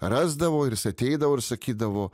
rasdavo ir jis ateidavo ir sakydavo